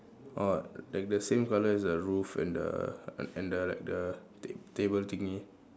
orh like the same colour as the roof and the and and the like the ta~ table thingy